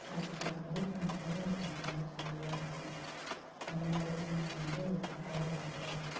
கரைச்சுட்டு வரும் போது ஃப்ரெண்ட்ஸ்ஸோடய அது கொஞ்சம் நல்லா ஜாலியாக இருக்கும் அந்த மாதிரி தான் நாங்கள் வந்து சிலயெல்லாம் உருவாக்குவோம்